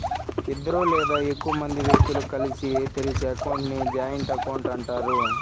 ఇద్దరు లేదా ఎక్కువ మంది వ్యక్తులు కలిసి తెరిచే అకౌంట్ ని జాయింట్ అకౌంట్ అంటారు